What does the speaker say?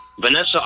Vanessa